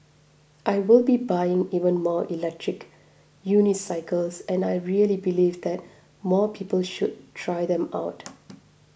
I will be buying even more electric unicycles and I really believe that more people should try them out